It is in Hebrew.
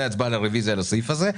הצבעה על הרביזיה על הסעיף הזה,